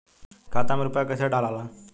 खाता में रूपया कैसे डालाला?